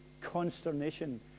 consternation